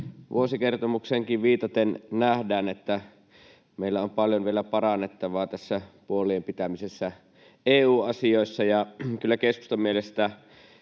vuosikertomukseenkin viitaten nähdään, että meillä on paljon vielä parannettavaa tässä puolien pitämisessä EU-asioissa. Kyllä keskustan mielestä